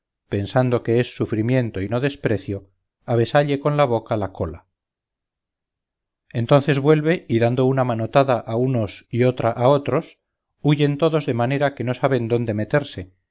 pensando que es sufrimiento y no desprecio a besalle con la boca la cola entonces vuelve y dando una manotada a unos y otra a otros huyen todos de manera que no saben dónde meterse